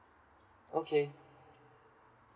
okay